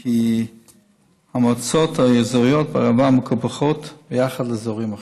כי המועצות האזוריות בערבה מקופחות ביחס לאזורים אחרים.